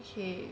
okay